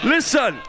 Listen